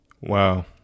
Wow